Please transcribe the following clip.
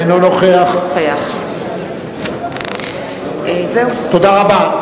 אינו נוכח תודה רבה.